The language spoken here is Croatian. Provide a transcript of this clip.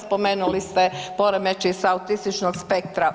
Spomenuli ste poremećaj s autističnog spektra.